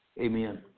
Amen